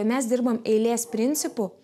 mes dirbam eilės principu